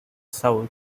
south